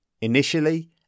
Initially